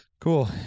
Cool